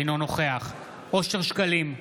אינו נוכח אושר שקלים,